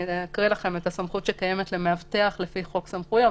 הסמכות שקיימת למאבטח לפי חוק סמכויות.